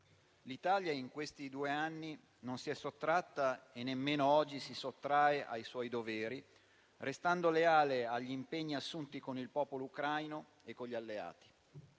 L'Italia in questi due anni non si è sottratta, e nemmeno oggi si sottrae, ai suoi doveri, restando leale agli impegni assunti con il popolo ucraino e con gli alleati.